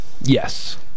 yes